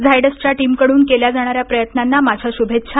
झायडसच्या टीमकडून केल्या जाणा या प्रयत्नांना माझ्या शुभेच्छा